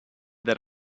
that